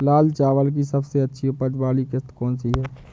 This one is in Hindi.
लाल चावल की सबसे अच्छी उपज वाली किश्त कौन सी है?